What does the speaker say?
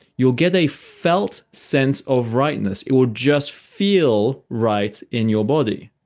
you'll get a felt sense of rightness. it'll just feel right in your body.